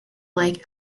lake